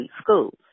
schools